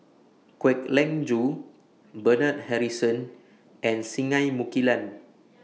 Kwek Leng Joo Bernard Harrison and Singai Mukilan